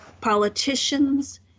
politicians